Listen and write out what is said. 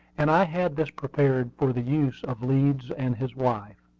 and i had this prepared for the use of leeds and his wife.